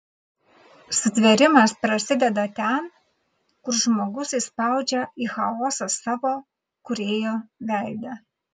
sutvėrimas prasideda ten kur žmogus įspaudžia į chaosą savo kūrėjo veidą